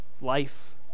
life